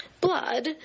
blood